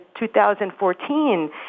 2014